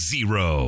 Zero